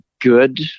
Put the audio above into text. good